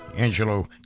Angelo